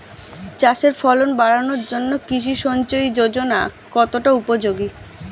চাষের ফলন বাড়ানোর জন্য কৃষি সিঞ্চয়ী যোজনা কতটা উপযোগী?